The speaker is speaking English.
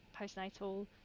postnatal